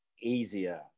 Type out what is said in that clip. easier